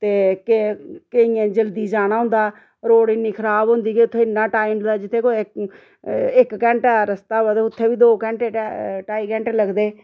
ते केह् केइयें गी जल्दी जाना होंदा रोड इन्नी खराब होंदी के उत्थै इन्ना टाइम लगदा जित्थै कोई इक घैंटे दा रस्ता होऐ ते उत्थें बी दो घैंटे ढाई घैंटे लगदे